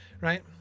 right